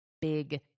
big